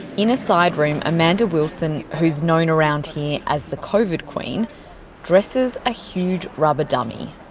in a side room amanda wilson who's known around here as the covid queen dresses a huge rubber dummy.